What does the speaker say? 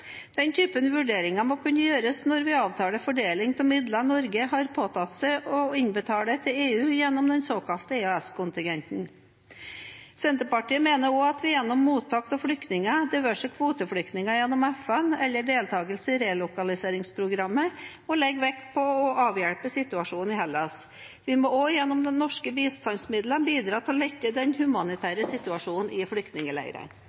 Den typen vurderinger må kunne gjøres når vi avtaler fordeling av midlene Norge har påtatt seg å innbetale til EU gjennom den såkalte EØS-kontingenten. Senterpartiet mener også vi gjennom mottak av flyktninger, det være seg kvoteflyktninger gjennom FN eller deltakelse i EUs relokaliseringsprogram, må legge vekt på å avhjelpe situasjonen i Hellas. Vi må også gjennom de norske bistandsmidlene bidra til å lette den